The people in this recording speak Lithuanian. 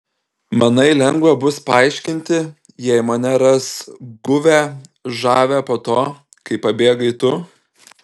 manai lengva bus paaiškinti jei mane ras guvią žavią po to kai pabėgai tu